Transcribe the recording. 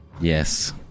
Yes